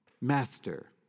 Master